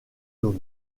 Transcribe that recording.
dôme